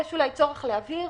כאן יש אולי צורך להבהיר